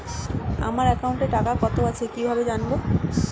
আমার একাউন্টে টাকা কত আছে কি ভাবে জানবো?